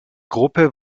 gruppe